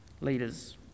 leaders